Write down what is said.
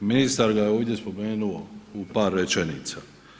Ministar ga je ovdje spomenuo u par rečenica.